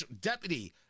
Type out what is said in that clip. Deputy